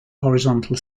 horizontal